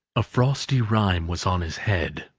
a frosty rime was on his head,